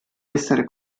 essere